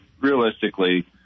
realistically